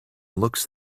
looks